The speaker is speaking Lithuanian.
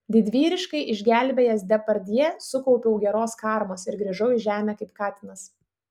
didvyriškai išgelbėjęs depardjė sukaupiau geros karmos ir grįžau į žemę kaip katinas